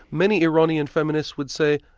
many iranian feminists would say,